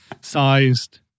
sized